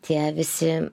tie visi